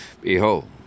Behold